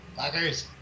Fuckers